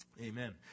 amen